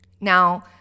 Now